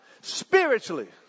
spiritually